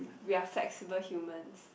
we're flexible humans